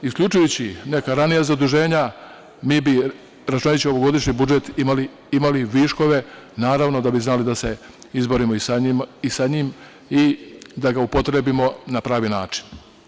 Isključujući neka ranija zaduženja, mi bi, računajući ovogodišnji budžet, imali viškove, naravno da bi znali da se izborimo i sa njim i da ga upotrebimo na pravi način.